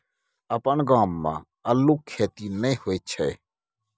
अपन गाम मे अल्लुक खेती नहि होए छै